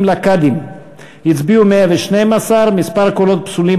לקאדים הצביעו 112. מספר הקולות הפסולים,